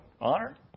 Honor